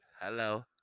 Hello